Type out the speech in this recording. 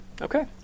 Okay